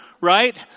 right